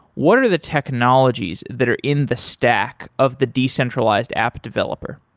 what are the technologies that are in the stack of the decentralized app developer?